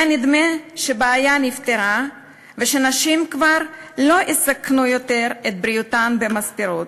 היה נדמה שהבעיה נפתרה ונשים כבר לא יסכנו את בריאותן במספרות.